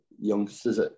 youngsters